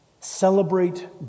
Celebrate